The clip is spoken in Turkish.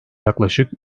yaklaşık